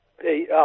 Hey